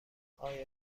آیا